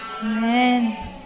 Amen